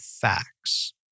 facts